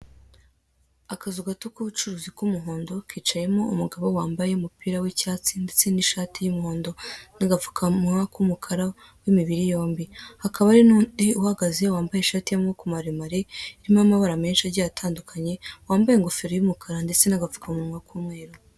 Akazu gato k'ubucuruzi k'umuhondo kicayemo umugabo wambaye umupira w'icyatsi ndetse n'ishati y'umuhondo n'agapfukamunwa k'umukara w'imibiri yombi. Akaba hari n'undi uhagaze wambaye ishati y'amaboko maremare irimo amabara menshi agiye atandukanye wambaye ingofero y'umukara ndetse n'agapfukamunwa k'umwenda.